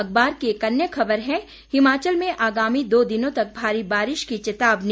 अखबार की एक अन्य खबर है हिमाचल में आगामी दो दिनों तक भारी बारिश की चेतावनी